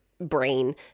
brain